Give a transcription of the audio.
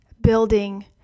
building